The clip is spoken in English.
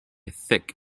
thick